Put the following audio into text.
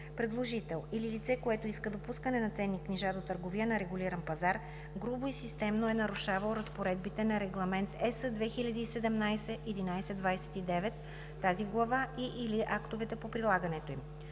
предложител или лице, което иска допускане на ценни книжа до търговия на регулиран пазар, грубо и системно е нарушавал разпоредбите на Регламент (EС) 2017/1129, тази глава и/или актовете по прилагането им.